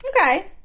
Okay